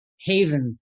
Haven